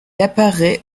apparaît